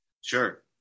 Sure